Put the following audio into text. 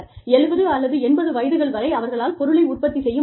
70 அல்லது 80 வயதுகள் வரை அவர்களால் பொருளை உற்பத்தி செய்ய முடியும்